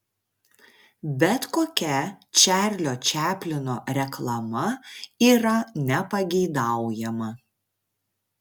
bet kokia čarlio čaplino reklama yra nepageidaujama